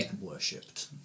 worshipped